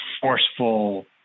forceful